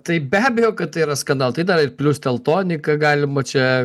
tai be abejo kad tai yra skandalai tai dar ir plius teltoniką galima čia